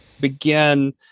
Begin